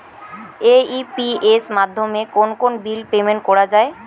AEPS মাধ্যমে কোন কোন বিল পেমেন্ট করা যায়?